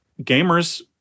gamers